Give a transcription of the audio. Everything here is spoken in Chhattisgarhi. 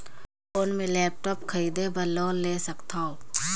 कौन मैं लेपटॉप खरीदे बर लोन ले सकथव?